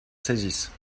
saisisse